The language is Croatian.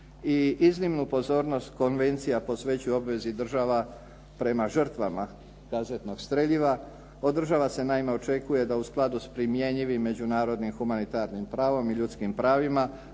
I iznimnu pozornost konvencija posvećuje obvezi država prema žrtvama kazetnog streljiva. Od država se naime očekuje da u skladu s primjenjivim međunarodnim humanitarnim pravom i ljudskim pravima